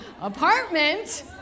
apartment